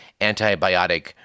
antibiotic